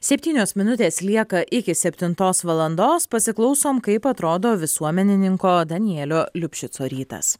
septynios minutės lieka iki septintos valandos pasiklausom kaip atrodo visuomenininko danėlio liupšico rytas